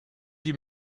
die